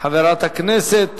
חברת הכנסת